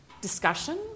discussion